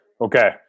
Okay